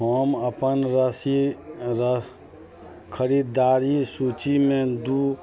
हम अपन रसी रस खरिदारी सूचिमे दुइ